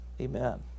Amen